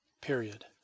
period